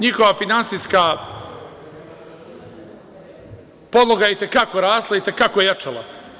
Njihova finansijska podloga i te kako je rasla, i te kako je jačala.